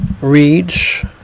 reads